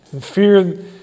Fear